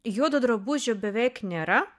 juodo drabužio beveik nėra